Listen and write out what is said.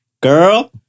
Girl